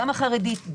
גם החרדית,